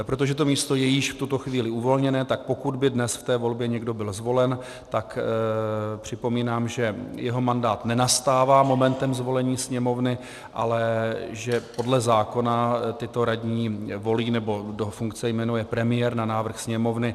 Protože to místo je již v tuto chvíli uvolněné, tak pokud by dnes v té volbě někdo byl zvolen, tak připomínám, že jeho mandát nenastává momentem zvolení Sněmovny, ale že podle zákona tyto radní volí, nebo do funkce jmenuje premiér na návrh Sněmovny.